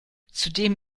zudem